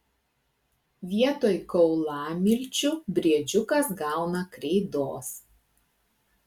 vietoj kaulamilčių briedžiukas gauna kreidos